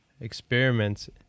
experiments